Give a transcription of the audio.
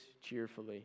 cheerfully